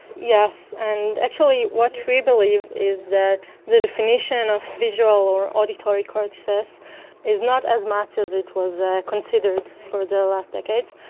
yes, and actually what we believe is that the definition of visual or auditory cortexes is not as much as it was considered for the last decades.